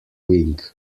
wing